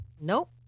nope